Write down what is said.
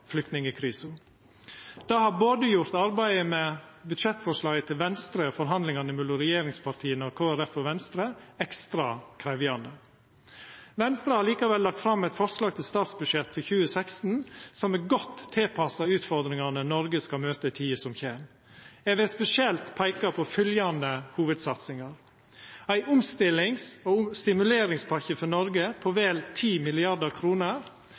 flyktningkrisa. Det har både gjort arbeidet med budsjettforslaget til Venstre og forhandlingane mellom regjeringspartia og Kristeleg Folkeparti og Venstre ekstra krevjande. Venstre har likevel lagt fram eit forslag til statsbudsjett for 2016 som er godt tilpassa utfordringane Noreg skal møta i tida som kjem. Eg vil spesielt peika på fylgjande hovudsatsingar: ei omstillings- og stimuleringspakke for Noreg på vel